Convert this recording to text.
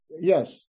yes